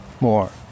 more